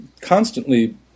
constantly